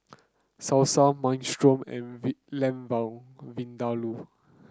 Salsa Minestrone and Vin Lamb Vindaloo